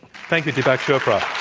thank you, deepak chopra.